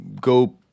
go